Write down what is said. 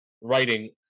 writing